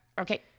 okay